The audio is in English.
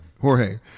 Jorge